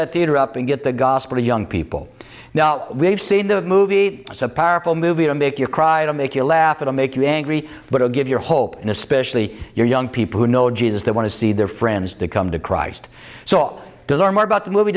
that theater up and get the gospel to young people now we've seen the movie so powerful movie to make you cry to make you laugh it'll make you angry but i'll give you hope and especially your young people who know jesus they want to see their friends to come to christ so to learn more about the movie